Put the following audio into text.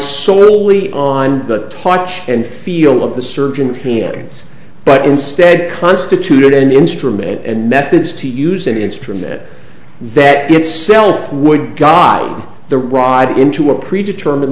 solely on the touch and feel of the surgeon's hands but instead constituted an instrument and methods to use an instrument that itself would god the ride into a pre determined